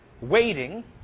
waiting